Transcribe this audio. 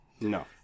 No